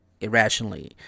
irrationally